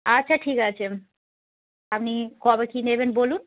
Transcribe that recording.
আচ্ছা ঠিক আছে আপনি কবে কী নেবেন বলুন